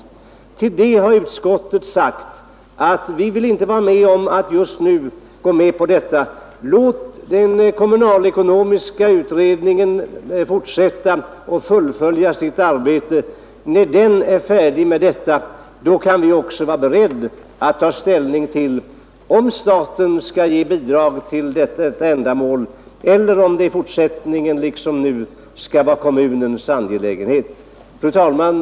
Med anledning härav har utskottet uttalat att vi inte vill vara med om detta just nu. Låt den kommunalekonomiska utredningen först fullfölja sitt arbete — när den är färdig med detta kan vi vara beredda att ta ställning till om staten skall ge bidrag till detta ändamål eller om det i fortsättningen liksom nu enbart skall vara en kommunens angelägenhet. Fru talman!